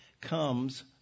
comes